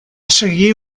seguir